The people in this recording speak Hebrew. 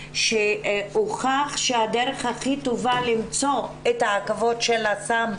שהוכח שהדרך הכי טובה למצוא את העקבות של הסם